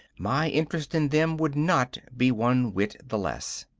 my interest in them would not be one whit the less.